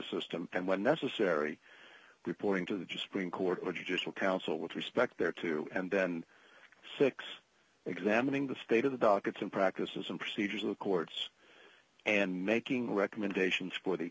system and when necessary reporting to the to supreme court judges will counsel with respect there to and then six examining the state of the docket in practices and procedures of the courts and making recommendation